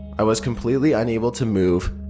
i was completely unable to move,